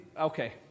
okay